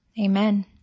Amen